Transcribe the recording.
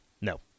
No